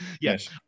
Yes